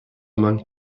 among